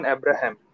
Abraham